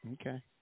Okay